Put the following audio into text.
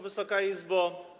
Wysoka Izbo!